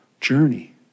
journey